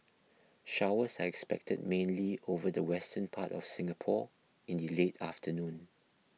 showers are expected mainly over the western part of Singapore in the late afternoon